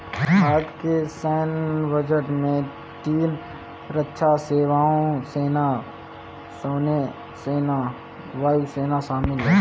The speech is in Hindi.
भारत के सैन्य बजट में तीन रक्षा सेवाओं, सेना, नौसेना और वायु सेना शामिल है